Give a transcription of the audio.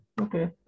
Okay